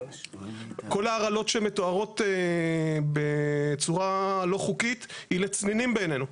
כל ההרעלות שמתוארות בצורה לא חוקית היא לצנינים בעינינו.